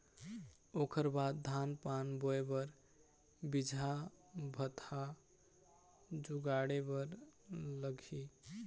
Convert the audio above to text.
ओखर बाद धान पान बोंय बर बीजहा भतहा जुगाड़े बर लगही